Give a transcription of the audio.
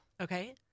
Okay